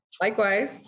Likewise